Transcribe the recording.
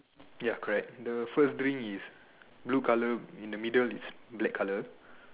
ya correct the first drink is blue color in the middle is black color